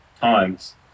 times